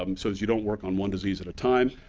um so as you don't work on one disease at a time.